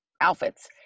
outfits